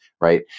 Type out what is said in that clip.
right